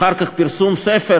אחר כך פרסום ספר,